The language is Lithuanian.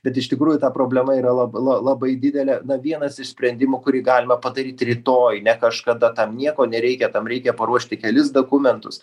bet iš tikrųjų ta problema yra lab la labai didelė na vienas iš sprendimų kurį galima padaryt rytoj ne kažkada tam nieko nereikia tam reikia paruošti kelis dokumentus